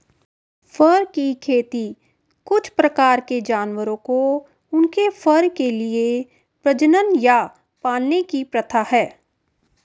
फर की खेती कुछ प्रकार के जानवरों को उनके फर के लिए प्रजनन या पालने की प्रथा है